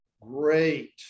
great